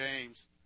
James